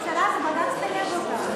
זה לא,